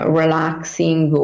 relaxing